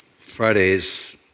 Fridays